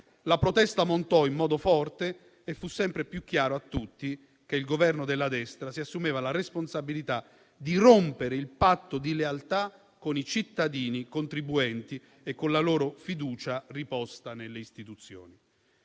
La protesta montò in modo forte e fu sempre più chiaro a tutti che il Governo della destra si assumeva la responsabilità di rompere il patto di lealtà con i cittadini contribuenti e con la loro fiducia riposta nelle istituzioni.